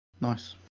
Nice